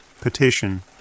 petition